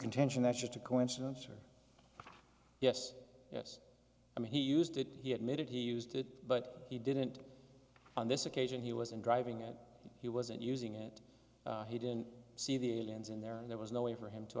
contention that's just a coincidence or yes yes i mean he used it he admitted he used it but he didn't on this occasion he wasn't driving at he wasn't using it he didn't see the aliens in there and there was no way for him to